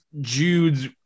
Jude's